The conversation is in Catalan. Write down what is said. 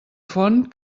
font